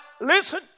listen